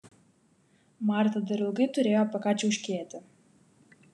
marta dar ilgai turėjo apie ką čiauškėti